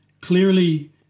Clearly